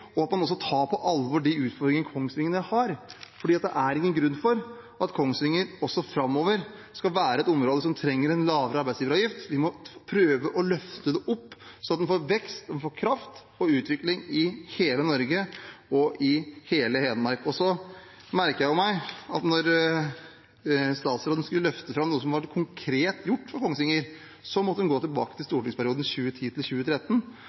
og at man også tar på alvor de utfordringene Kongsvinger har. For det er ingen grunn til at Kongsvinger også framover skal være et område som trenger en lavere arbeidsgiveravgift. Vi må prøve å løfte det opp sånn at en får vekst, kraft og utvikling i hele Norge og i hele Hedmark. Jeg merket meg at da statsråden skulle løfte fram noe som var gjort konkret for Kongsvinger, måtte hun gå tilbake til